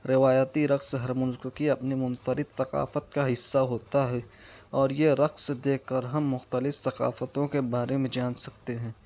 روایتی رقص ہر ملک کی اپنی منفرد ثقافت کا حصہ ہوتا ہے اور یہ رقص دیکھ کر ہم مختلف ثقافتوں کے بارے میں جان سکتے ہیں